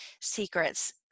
secrets